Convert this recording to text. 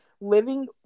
living